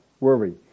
worry